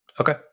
Okay